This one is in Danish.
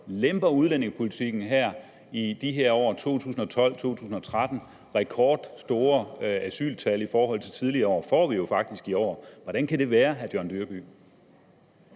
lemper udlændingepolitikken i de her år? I 2012 og 2013 får vi jo rekordstore asyltal i forhold til tidligere, det får vi faktisk i år. Hvordan kan det være? vil jeg spørge